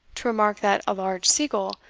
to remark that a large sea-gull,